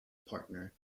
partner